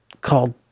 called